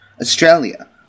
Australia